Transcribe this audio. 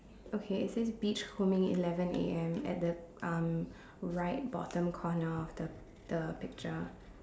okay it says beach homing eleven A_M at the um right bottom corner of the the picture